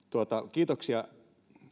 kiitoksia